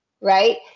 right